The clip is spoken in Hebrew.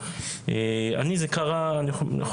והיום